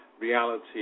reality